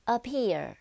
Appear